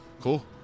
cool